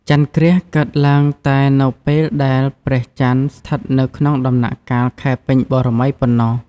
ចន្ទគ្រាសកើតឡើងតែនៅពេលដែលព្រះចន្ទស្ថិតនៅក្នុង ដំណាក់កាលខែពេញបូរមីប៉ុណ្ណោះ ។